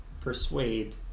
persuade